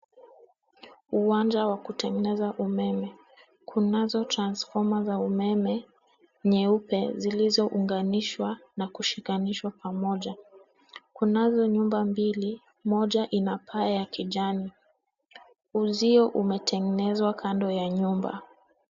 Uwanja wa kutengeneza umeme. Kunazo transfoma za umeme nyeupe zilizounganishwa na kushikanishwa pamoja. Kunazo nyumba mbili, moja ina paa ya kijani. Uzio umetengenezwa kando ya nyumba.